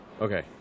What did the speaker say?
okay